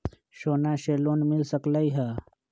सोना से लोन मिल सकलई ह?